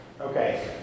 Okay